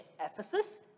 Ephesus